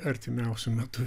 artimiausiu metu